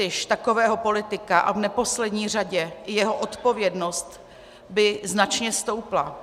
Prestiž takového politika a v neposlední řadě i jeho odpovědnost by značně stoupla.